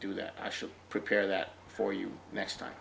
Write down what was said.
do that i should prepare that for you next time